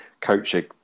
coaching